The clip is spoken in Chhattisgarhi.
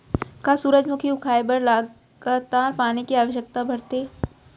का सूरजमुखी उगाए बर लगातार पानी के आवश्यकता भरथे?